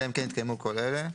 אלא אם כן התקיימו כל אלה: